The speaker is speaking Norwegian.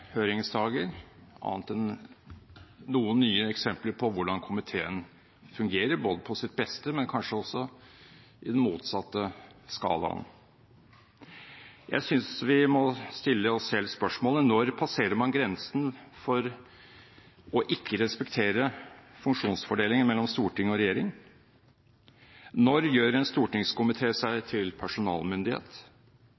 høringsdager annet enn noen nye eksempler på hvordan komiteen fungerer, både på sitt beste og kanskje også i den motsatte enden av skalaen. Jeg synes vi må stille oss selv spørsmålet: Når passerer man grensen for ikke å respektere funksjonsfordelingen mellom storting og regjering? Når gjør en stortingskomité seg